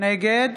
נגד